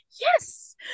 yes